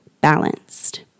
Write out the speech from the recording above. balanced